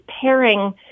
pairing